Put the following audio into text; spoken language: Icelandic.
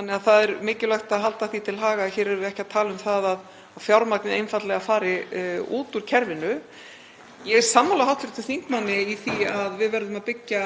annars staðar. Það er mikilvægt að halda því til haga að hér erum við ekki að tala um að fjármagnið fari einfaldlega út úr kerfinu. Ég er sammála hv. þingmanni í því að við verðum að byggja